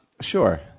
Sure